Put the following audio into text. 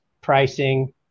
pricing